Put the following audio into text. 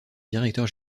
directeur